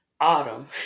autumn